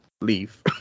leave